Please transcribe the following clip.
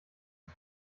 die